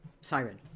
siren